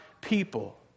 people